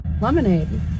lemonade